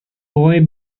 boy